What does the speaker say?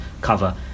cover